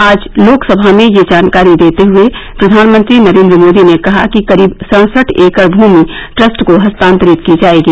आज लोकसभा में यह जानकारी देते हुए प्रधानमंत्री नरेन्द्र मोदी ने कहा कि करीब सड़सठ एकड़ भूमि ट्रस्ट को हस्तांतरित की जाएगी